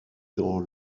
dans